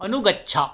अनुगच्छ